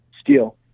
steel